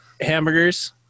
Hamburgers